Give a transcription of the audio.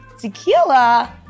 tequila